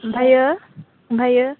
ओमफ्राय ओमफ्राय